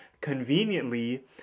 conveniently